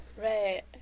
Right